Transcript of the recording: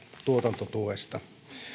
tuotantotuesta